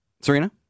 Serena